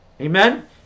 Amen